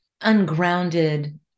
ungrounded